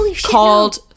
called